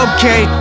Okay